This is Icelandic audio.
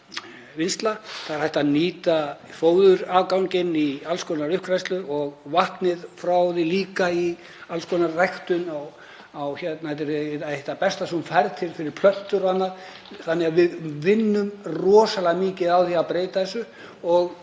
vinnsla. Það er hægt að nýta fóðurafganginn í alls konar uppgræðslu og vatnið frá því líka í alls konar ræktun, þetta er eitt það besta sem þú færð fyrir plöntur og annað. Þannig að við vinnum rosalega mikið á því að breyta þessu. Ég